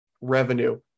revenue